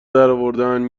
درآوردن